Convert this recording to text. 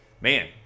man